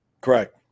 Correct